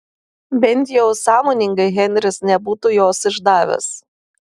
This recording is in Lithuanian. bent jau sąmoningai henris nebūtų jos išdavęs